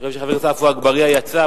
אני רואה שחבר הכנסת עפו אגבאריה יצא,